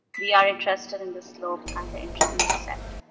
we are interested in the slope and the intercept.